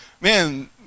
Man